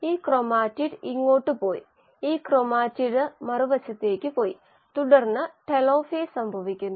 എല്ലാവർക്കുമായി ഊർജ്ജം ആവശ്യമാണ് അത്തരം പ്രക്രിയകൾ അവ മെറ്റബോളിസം ആണ് ഗതാഗതം ജനിതക പരിവർത്തനം ജനിതക പ്രക്രിയകൾ തുടങ്ങിയവയെ സെൽ മെയിന്റനൻസ് എന്ന് വിളിക്കുന്നു